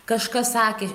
kažkas sakė